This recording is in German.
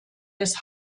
des